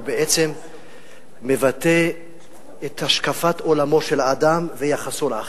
בעצם מבטא את השקפת עולמו של האדם ויחסו לאחר.